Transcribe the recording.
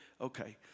okay